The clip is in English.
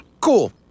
Cool